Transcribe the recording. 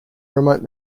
remote